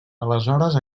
aleshores